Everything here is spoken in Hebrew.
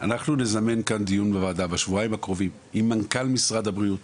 אנחנו נזמן כאן דיון בוועדה בשבועיים הקרובים עם מנכ"ל משרד הבריאות.